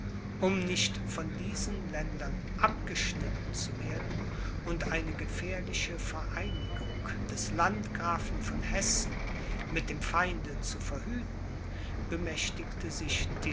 um nicht von diesen ländern abgeschnitten zu werden und eine gefährliche vereinigung des landgrafen von hessen mit dem feinde zu verhüten bemächtigte sich